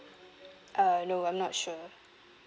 uh no I'm not sure